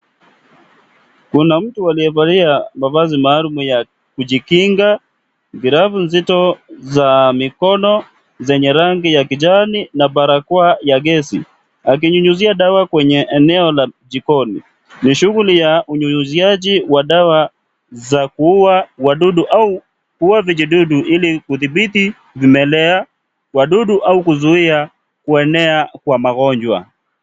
Kuna mtu aliyevalia mavazi maalum ya kujikinga, glavu nzito za mikono zenye rangi ya kijani na barakoa ya gesi. Akinyunyizia dawa kwenye eneo la jikoni. Ni shughuli ya unyinyizaji wa dawa za kuua wadudu au kuua vijidudu ili kudhibithi vimelea, wadudu au kuzuia kuenea kwa magonjwa.